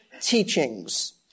teachings